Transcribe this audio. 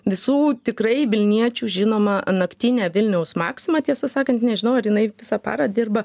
visų tikrai vilniečių žinomą naktinę vilniaus maksimą tiesą sakant nežinau ar jinai visą parą dirba